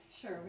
Sure